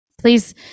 please